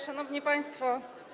Szanowni Państwo!